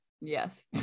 Yes